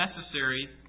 necessary